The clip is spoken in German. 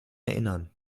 erinnern